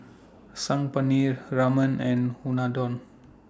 Saag Paneer Ramen and Unadon